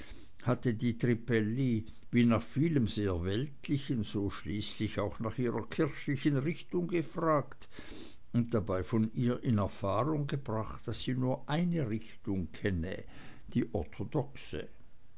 hatte die trippelli wie nach vielem sehr weltlichen so schließlich auch nach ihrer kirchlichen richtung gefragt und dabei von ihr in erfahrung gebracht daß sie nur eine richtung kenne die orthodoxe